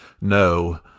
No